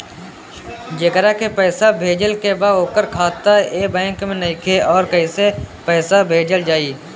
जेकरा के पैसा भेजे के बा ओकर खाता ए बैंक मे नईखे और कैसे पैसा भेजल जायी?